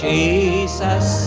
Jesus